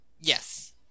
Yes